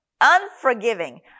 unforgiving